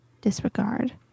disregard